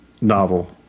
novel